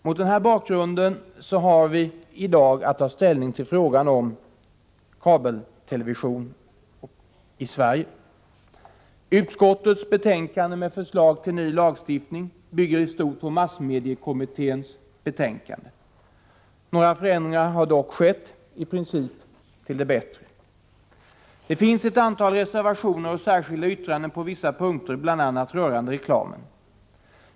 Mot denna bakgrund har vi i dag att ta ställning till frågan om kabeltelevision i Sverige. Utskottets betänkande med förslag till ny lagstiftning bygger i stort på massmediekommitténs betänkande. Några förändringar har dock skett, i princip till det bättre. Det finns ett antal reservationer och särskilda yttranden på vissa punkter, bl.a. rörande reklamen.